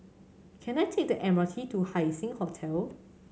can I take the M R T to Haising Hotel